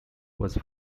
was